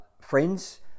friends